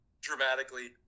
dramatically